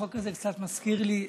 החוק הזה קצת מזכיר לי,